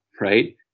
Right